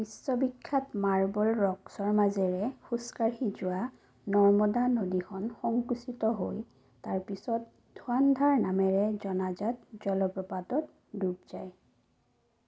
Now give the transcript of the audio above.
বিশ্ববিখ্যাত মাৰ্বল ৰকছৰ মাজেৰে খোজ কাঢ়ি যোৱা নৰ্মদা নদীখন সংকুচিত হৈ তাৰ পিছত ধুৱান্ধাৰ নামেৰে জনাজাত জলপ্ৰপাতত ডুব যায়